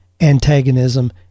antagonism